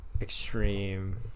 extreme